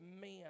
man